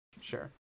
sure